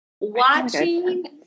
watching